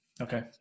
Okay